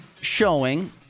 showing